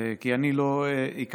כי אני לא הכרתי,